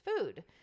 food